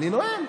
אני נואם.